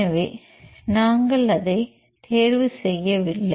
எனவே நாங்கள் அதை தேர்வு செய்யவில்லை